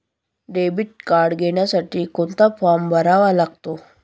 Debit card घेण्यासाठी कोणता form भरावा लागतो?